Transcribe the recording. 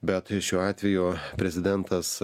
bet šiuo atveju prezidentas